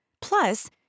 Plus